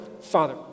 Father